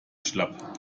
schlapp